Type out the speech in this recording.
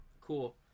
Cool